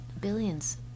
billions